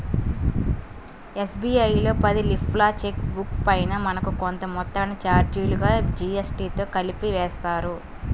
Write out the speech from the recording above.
SBI లో పది లీఫ్ల చెక్ బుక్ పైన మనకు కొంత మొత్తాన్ని చార్జీలుగా జీఎస్టీతో కలిపి వేస్తారు